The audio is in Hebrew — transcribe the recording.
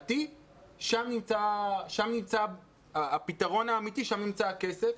להבנתי, שם נמצא הפתרון האמיתי כי שם נמצא הכסף.